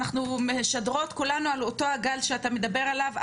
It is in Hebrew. אנחנו משדרות כולנו על אותו הגל שאתה מדבר עליו.